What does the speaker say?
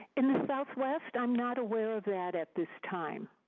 in the southwest i'm not aware of that at this time.